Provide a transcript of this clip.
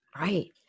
Right